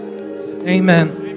Amen